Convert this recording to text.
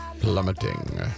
plummeting